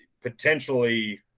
potentially